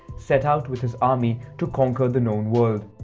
set out with his army to conquer the known world.